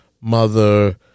mother